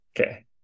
Okay